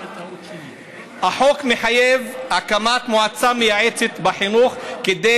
החוק מחייב הקמת מועצה מייעצת בחינוך כדי